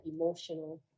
emotional